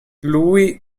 lui